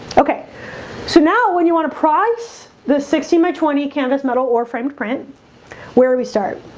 okay so now when you want a prize the sixteen by twenty canvas metal or framed print where we we start